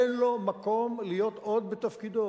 אין לו מקום להיות עוד בתפקידו,